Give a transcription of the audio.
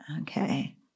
Okay